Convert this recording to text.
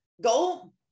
Go